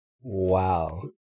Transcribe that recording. Wow